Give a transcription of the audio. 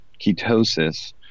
ketosis